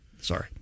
Sorry